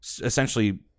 essentially